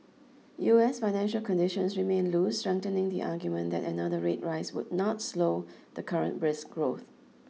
US financial conditions remain loose strengthening the argument that another rate rise would not slow the current brisk growth